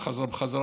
חזרה בחזרה,